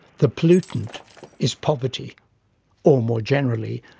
the pollutant is poverty or, more generally,